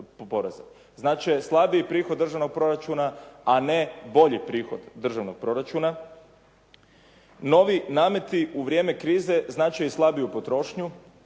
Znače slabiji prihod državnog proračuna, a ne bolji prihod državnog proračuna. Novi nameti u vrijeme krize znače i slabiju potrošnju,